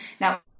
Now